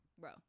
bro